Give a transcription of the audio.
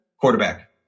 Quarterback